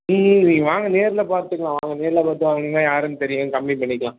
ம் ம் நீங்கள் வாங்க நேரில் பார்த்துக்கலாம் வாங்கள் நேரில் பார்த்து வாங்கினீங்கனா யாருனு தெரியும் கம்மி பண்ணிக்கலாம்